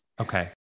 Okay